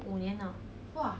五年了